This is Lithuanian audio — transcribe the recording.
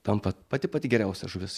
tampa pati pati geriausia žuvis